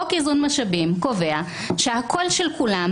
חוק איזון משאבים קובע שהכול של כולם